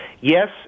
yes